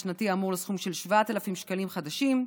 השנתי האמור לסכום של 7,000 שקלים חדשים,